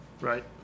right